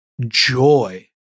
joy